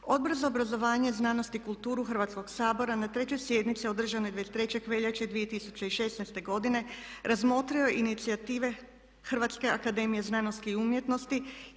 Odbor za obrazovanje, znanost i kulturu Hrvatskog sabora na trećoj sjednici održanoj 23. veljače 2016. godine razmotrio je inicijative Hrvatske akademije znanosti i umjetnosti